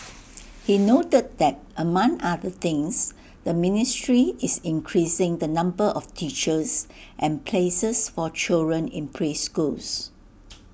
he noted that among other things the ministry is increasing the number of teachers and places for children in preschools